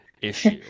issue